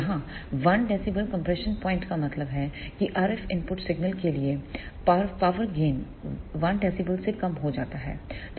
यहां 1 db compression point का मतलब है कि RF इनपुट सिग्नल के लिए पावर गेन 1 dB से कम हो जाता है